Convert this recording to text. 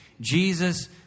Jesus